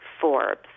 Forbes